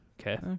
Okay